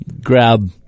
grab